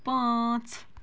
پانٛژھ